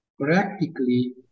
practically